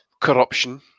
corruption